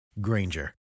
Granger